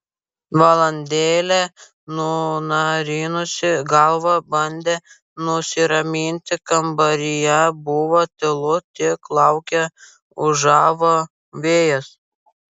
valandėlę nunarinusi galvą bandė nusiraminti kambaryje buvo tylu tik lauke ūžavo vėjas